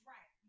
Right